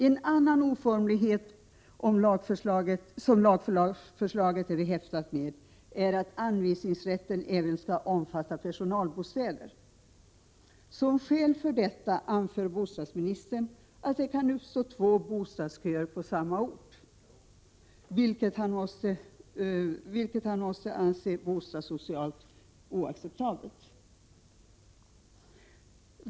En annan oformlighet som lagförslaget är behäftat med är att anvisningsrätten även skall omfatta personalbostäder. Som skäl för detta anför bostadsministern att det kan uppstå två bostadsköer på samma ort, vilket han måste anse vara bostadssocialt oacceptabelt.